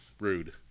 rude